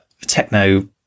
techno